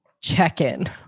check-in